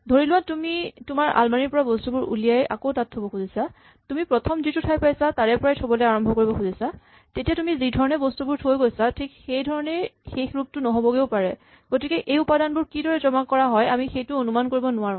ধৰি লোৱা তুমি তোমাৰ আলমাৰীৰ পৰা বস্তুবোৰ উলিয়াই আকৌ তাত থ'ব খুজিছা তুমি প্ৰথম যিটো ঠাই পাইছা তাৰে পৰাই থ'বলে আৰম্ভ কৰিব খুজিছা তেতিয়া তুমি যি ধৰণে বস্তুবোৰ থৈ গৈছা ঠিক সেই ধৰণেই শেষ ৰূপটো নহ'বগেও পাৰে গতিকে এই উপাদানবোৰ কিদৰে জমা কৰা হয় আমি সেইটো একো অনুমান কৰিব নোৱাৰো